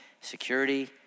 Security